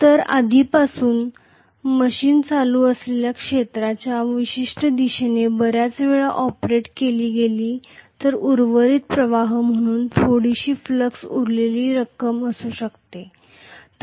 जर आधीपासूनच मशीन करंटअसलेल्या क्षेत्राच्या विशिष्ट दिशेने बऱ्याच वेळा ऑपरेट केली गेली असेल तर उर्वरित प्रवाह म्हणून थोडीशी फ्लक्स उरलेली रक्कम असू शकते